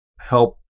help